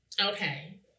okay